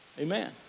Amen